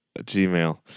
Gmail